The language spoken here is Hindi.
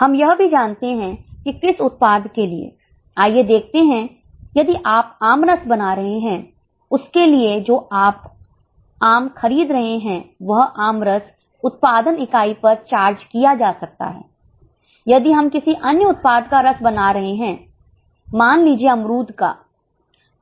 हम यह भी जानते हैं कि किस उत्पाद के लिए आइए देखते हैं यदि आप आम रस बना रहे हैं उसके लिए जो आम आप खरीद रहे हैं वह आमरस उत्पादन इकाई पर चार्ज किया जा सकता है यदि हम किसी अन्य उत्पाद का रस बना रहे हैं मान लीजिए अमरूद का